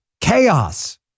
chaos